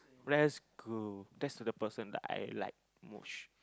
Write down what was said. lets go test the person like I like most